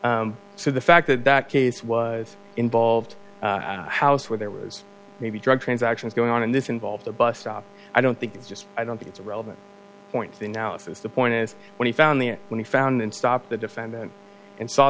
argument to the fact that that case was involved house where there was maybe drug transactions going on and this involved a bus stop i don't think it's just i don't think it's a relevant point see now if it's the point is when he found the when he found in stop the defendant and saw